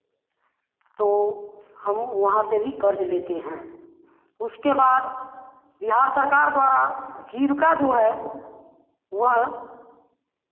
तो हम वहाँ से भी क़र्ज़ लेते हैं उसके बाद बिहार सरकार द्वारा जीविका जो है वह